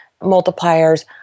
Multipliers